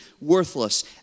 worthless